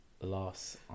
loss